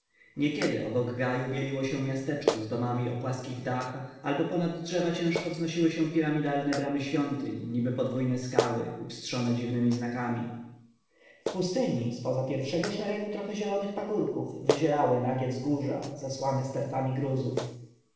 niekiedy obok gaju bieliło się miasteczko z domami o płaskich dachach albo ponad drzewa ciężko wznosiły się piramidalne bramy świątyń niby podwójne skały upstrzone dziwnemi znakami w pustyni z poza pierwszego szeregu trochę zielonych pagórków wyzierały nagie wzgórza zasłane stertami głazów